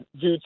due